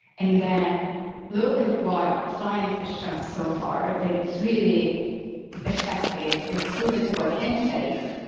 and then look at what science has shown so far that is really effective and proven to work and safe,